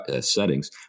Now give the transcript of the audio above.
settings